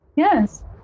Yes